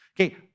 Okay